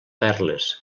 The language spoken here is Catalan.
perles